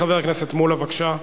חבר הכנסת שלמה מולה, בבקשה.